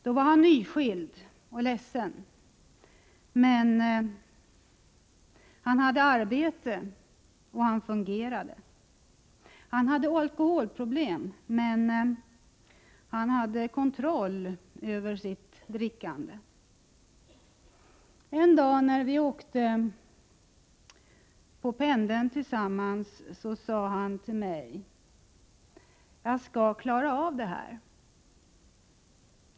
Då var han nyskild och ledsen, men han hade arbete och fungerade. Han hade alkoholproblem men ändå kontroll över sitt drickande. En dag när vi åkte på pendeln tillsammans sade han till mig: Jag skall klara av det här.